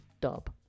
dub